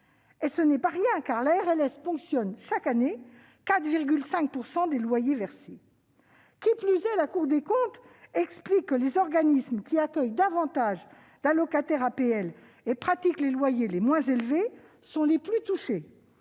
Et ce n'est pas rien, car le montant de la RLS équivaut chaque année à 4,5 % des loyers versés ! Qui plus est, la Cour des comptes explique que les organismes qui accueillent le plus d'allocataires APL et qui pratiquent les loyers les moins élevés sont les plus touchés.